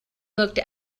looked